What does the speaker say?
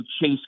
chase